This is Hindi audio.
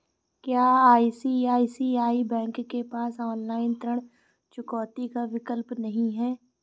क्या आई.सी.आई.सी.आई बैंक के पास ऑनलाइन ऋण चुकौती का विकल्प नहीं है?